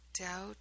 doubt